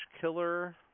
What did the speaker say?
Killer